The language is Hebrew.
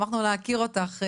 שמחנו להכיר אותך,